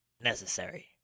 necessary